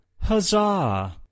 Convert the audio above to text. Huzzah